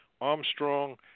Armstrong